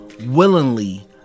willingly